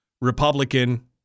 Republican